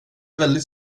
väldigt